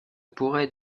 pourrait